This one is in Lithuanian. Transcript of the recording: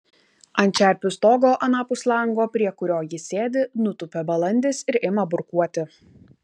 ant čerpių stogo anapus lango prie kurio ji sėdi nutūpia balandis ir ima burkuoti